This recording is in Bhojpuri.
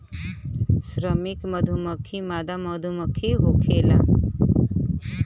श्रमिक मधुमक्खी मादा मधुमक्खी होला